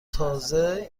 تازه